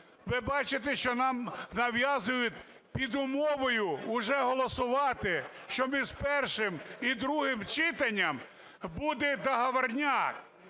Ви бачите, що нам нав'язують під умовою уже голосувати, що між першим і другим читанням буде договорняк,